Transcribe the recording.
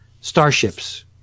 starships